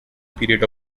period